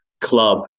club